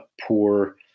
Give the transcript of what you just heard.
poor